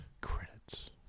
Credits